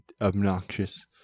obnoxious